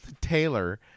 Taylor